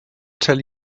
tell